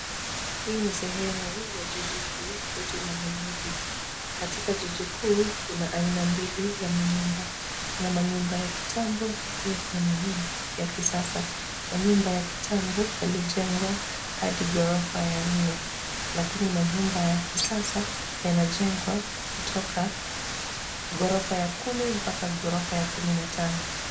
Hii ni sehemu ya jiji kuu la Nairibi. Katika jiji kuu , kunaaina mbili ya manyumba. Kuna manyumba ya kitambo na pia kuna manyumba ya kisasa. Manyumba ya kitambo yaliyojengwa hadi gorofa ya nne, lakini manyumba ya kisasa yanajengwa kutoka gorofa ya kumi mpaka gorofa ya kumi na tano.